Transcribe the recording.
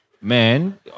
Man